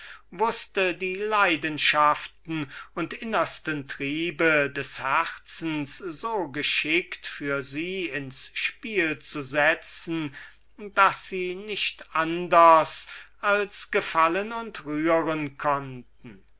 wußte die leidenschaften und innersten triebe des herzens so geschickt für sie ins spiel zu setzen daß sie nicht anders als gefallen und rühren konnten